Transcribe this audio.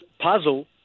puzzle